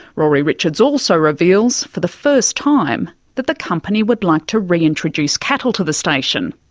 rory richard so also reveals, for the first time, that the company would like to reintroduce cattle to the station.